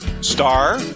star